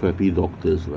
crappy doctors lah